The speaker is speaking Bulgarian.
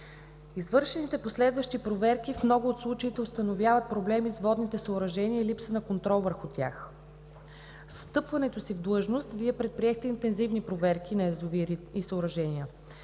Извършените последващи проверки в много от случаите установяват проблеми с водните съоръжения и липса на контрол върху тях. С встъпването си в длъжност Вие предприехте интензивни проверки на язовири и съоръжения.